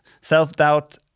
self-doubt